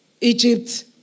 Egypt